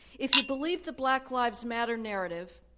if you believe the black lives matter narrative,